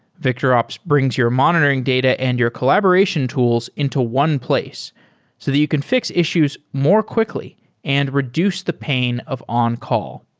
victorops brings your monitoring data and your collaboration tools into one place so that you can fix issues more quickly and reduce the pain of on-call.